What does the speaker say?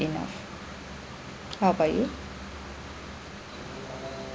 enough how about you